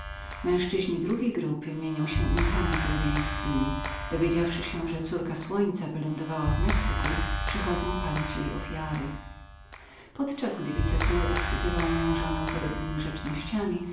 męzczyzni drugiego grona mienią się jukasami peruwiańskimi którzy dowiedziawszy się że córka słońca wylądowała w mexyku przychodzą palić jej ofiary podczas gdy wice król osypywał moją żonę podobnemi grzecznościami